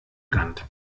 rand